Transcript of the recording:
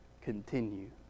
continue